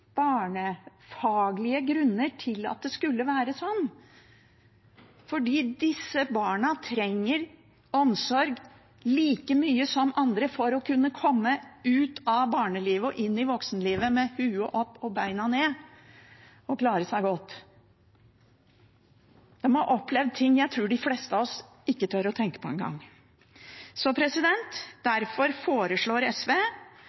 barnefaglige grunner til at det skulle være sånn, for disse barna trenger omsorg like mye som andre for å kunne komme ut av barnelivet og inn i voksenlivet med huet opp og beina ned og klare seg godt. De har opplevd ting jeg tror de fleste av oss ikke tør å tenke på